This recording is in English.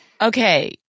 Okay